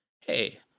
hey